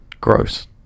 Gross